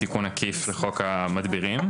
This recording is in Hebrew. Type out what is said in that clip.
בתיקון עקיף לחוק המדבירים.